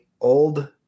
old